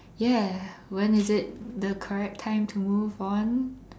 ya when is it the correct time to move on